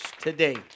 today